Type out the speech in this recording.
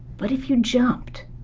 but if you jumped?